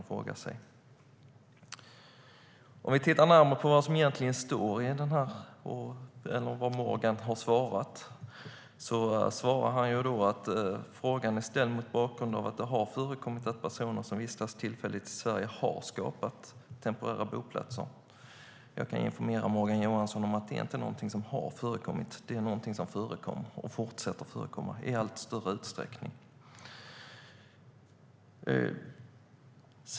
Morgan Johansson säger i sitt svar att min fråga är ställd mot bakgrund av att det "har förekommit att personer som vistas tillfälligt i Sverige har skapat temporära boplatser". Jag kan informera Morgan Johansson om att det inte är något som "har förekommit", utan det är något som förekommer och fortsätter att förekomma i allt större utsträckning.